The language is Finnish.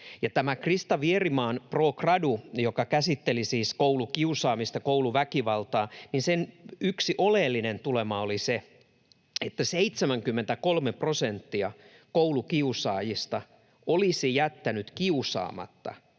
Krista Vierimaan pro gradun, joka käsitteli siis koulukiusaamista, kouluväkivaltaa, yksi oleellinen tulema oli se, että 73 prosenttia koulukiusaajista olisi jättänyt kiusaamatta,